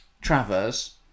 Travers